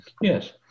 Yes